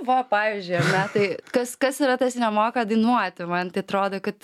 va pavyzdžiui ar ne tai kas kas yra tas nemoka dainuoti man tai atrodo kad